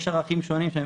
יש ערכים שונים,